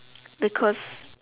because